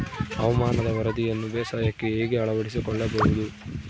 ಹವಾಮಾನದ ವರದಿಯನ್ನು ಬೇಸಾಯಕ್ಕೆ ಹೇಗೆ ಅಳವಡಿಸಿಕೊಳ್ಳಬಹುದು?